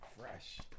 Fresh